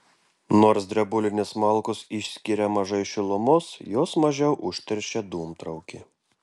nors drebulinės malkos išskiria mažai šilumos jos mažiau užteršia dūmtraukį